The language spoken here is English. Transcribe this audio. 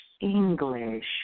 English